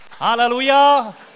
Hallelujah